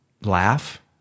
laugh